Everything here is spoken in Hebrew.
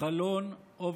לחלון אוברטון.